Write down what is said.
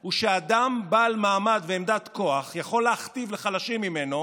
היא שאדם בעל מעמד ועמדת כוח יכול להכתיב לחלשים ממנו,